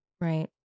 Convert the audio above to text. Right